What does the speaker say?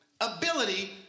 ability